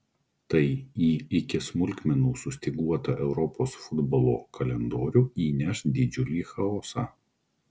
tai į iki smulkmenų sustyguotą europos futbolo kalendorių įneš didžiulį chaosą